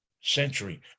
century